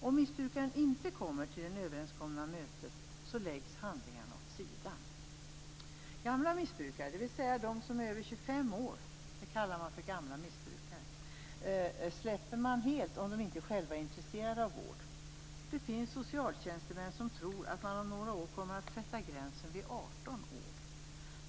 Om missbrukaren inte kommer till det överenskomna mötet, läggs handlingarna åt sidan. de kallas alltså för gamla missbrukare - släpper man helt, om de inte själva är intresserade av vård. Det finns socialtjänstemän som tror att man om några år kommer att sätta gränsen vid 18 år.